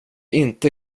inte